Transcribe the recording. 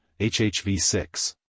HHV6